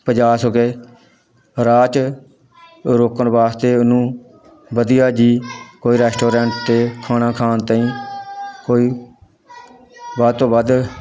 ਪੁਜਾ ਸਕੇ ਰਾਹ 'ਚ ਰੋਕਣ ਵਾਸਤੇ ਉਹਨੂੰ ਵਧੀਆ ਜਿਹੀ ਕੋਈ ਰੈਸਟੋਰੈਂਟ 'ਤੇ ਖਾਣਾ ਖਾਣ ਤਾਈਂ ਕੋਈ ਵੱਧ ਤੋਂ ਵੱਧ